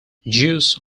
jews